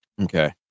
Okay